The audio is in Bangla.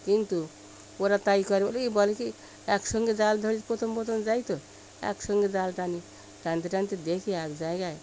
কিন্তু ওরা তাই করে বলে কী বলে কি একসঙ্গে জাল ধরে প্রথম প্রথম যাই তো এক সঙ্গে জাল টানি টানতে টানতে দেখি এক জায়গায়